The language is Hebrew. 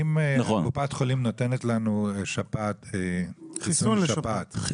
אם קופות החולים נותנות לנו חיסון שפעת רגיל,